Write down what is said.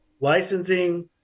licensing